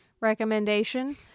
recommendation